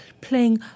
playing